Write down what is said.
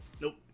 Nope